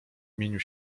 imieniu